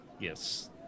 Yes